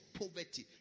poverty